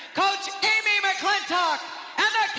coach amy mcclintock and